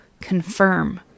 confirm